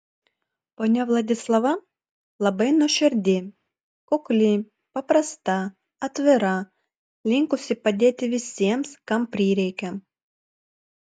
ponia vladislava labai nuoširdi kukli paprasta atvira linkusi padėti visiems kam prireikia